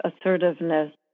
assertiveness